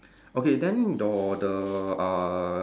okay then your the uh